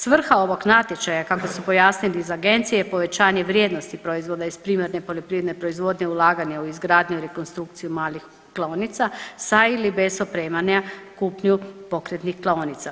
Svrha ovog natječaja kako su pojasnili iz agencije je povećanje vrijednosti proizvoda iz primarne poljoprivredne proizvodnje ulaganja u izgradnju i rekonstrukciju malih klaonica sa ili bez opremanja kupnju pokretnih klaonice.